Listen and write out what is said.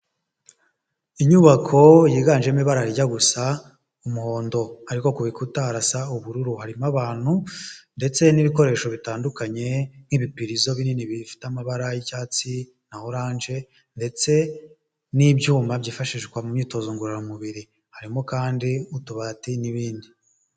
Inyubako yiganjemo ibara rijya gusa umuhondo, ariko ku bikuta birasa ubururu, harimo abantu ndetse n'ibikoresho bitandukanye nk'ibipirizo binini bifite amabara y'icyatsi na oranje, ndetse n'ibyuma byifashishwa mu myitozo ngororamubiri harimo kandi utubati n'ibindi/